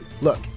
Look